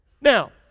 now